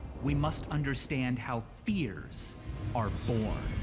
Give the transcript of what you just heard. we must understand how fears are born.